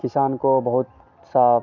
किसान को बहुत सा